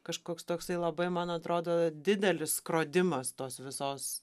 kažkoks toksai labai man atrodo didelis skrodimas tos visos